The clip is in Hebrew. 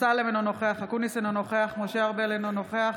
ניר אורבך, אינו נוכח